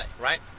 right